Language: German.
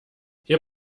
hier